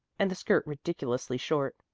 and the skirt ridiculously short.